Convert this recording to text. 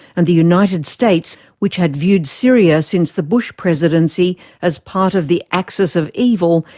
and the united states, which had viewed syria since the bush presidency as part of the axis of evil,